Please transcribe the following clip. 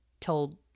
told